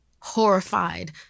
Horrified